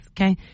okay